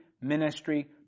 ministry